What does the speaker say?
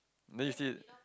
then you see it